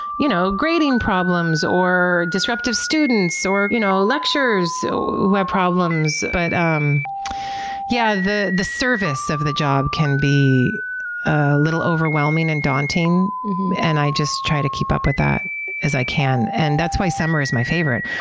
you know, grading problems, or disruptive students, or you know lecturers so who have problems. but um yeah, the the service of the job can be a little overwhelming and daunting and i just try to keep up with that as i can. and that's why summer is my favorite.